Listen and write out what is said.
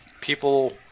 people